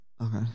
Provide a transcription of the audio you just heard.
Okay